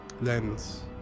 lens